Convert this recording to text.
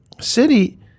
City